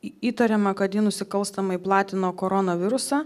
įtariama kad ji nusikalstamai platino koronavirusą